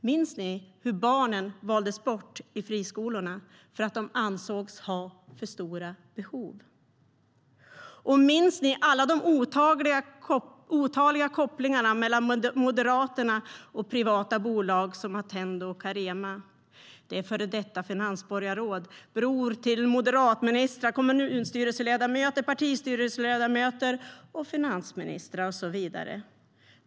Minns ni att barn valdes bort av friskolorna för att de ansågs ha för stora behov? Minns ni alla de otaliga kopplingarna mellan Moderaterna och privata bolag som Attendo och Carema? Det handlar om före detta finansborgarråd, en bror till en moderat minister, kommunstyrelseledamöter, partistyrelseledamöter, finansministrar och så vidare.